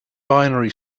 binary